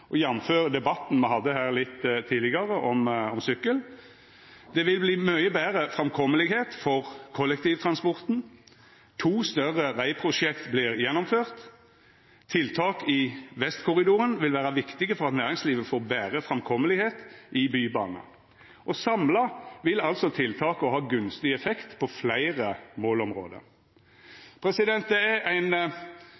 sykkelnett, jf. debatten me hadde her litt tidlegare, om sykkel. Det vil verta mykje betre framkomst for kollektivtransporten. To større vegprosjekt vil verta gjennomførte. Tiltak i Vestkorridoren vil vera viktig for at næringslivet får betre framkomst i bybandet. Samla sett vil tiltaka ha gunstig effekt på fleire målområde.